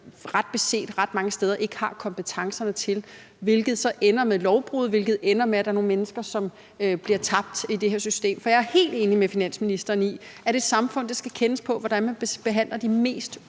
steder ret beset ikke har kompetencerne til at udføre, hvilket så ender med lovbrud, og hvilket så ender med, at der er nogle mennesker, som bliver tabt i det her system? For jeg er helt enig med finansministeren i, at et samfund skal kendes på, hvordan man behandler de mest